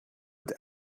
het